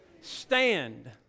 Stand